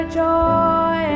joy